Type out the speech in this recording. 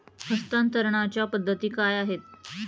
हस्तांतरणाच्या पद्धती काय आहेत?